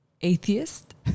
atheist